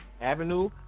avenue